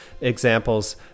examples